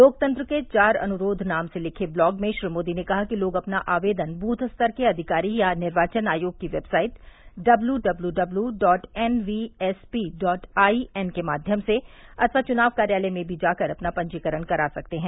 लोकतंत्र के चार अनुरोध नाम से लिखे ब्लॉग में श्री मोदी ने कहा कि लोग अपना आवेदन बूथ स्तर के अधिकारी या निर्वाचन आयोग की website W W W dot N V S P dot I N के माध्यम से अथवा चुनाव कार्यालय में भी जाकर अपना पंजीकरण करा सकते हैं